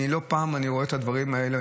לא פעם אני רואה את הדברים האלה.